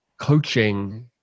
coaching